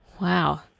Wow